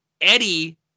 eddie